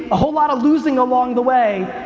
a whole lot of losing along the way,